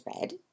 red